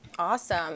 Awesome